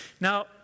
Now